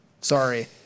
Sorry